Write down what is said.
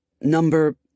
Number